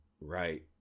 Right